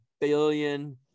billion